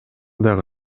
дагы